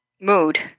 mood